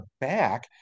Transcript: back